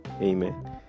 Amen